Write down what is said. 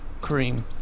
cream